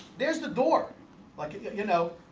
there's the door like you know